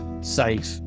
safe